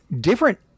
Different